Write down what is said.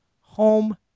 home